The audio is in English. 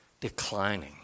declining